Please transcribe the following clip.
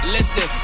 Listen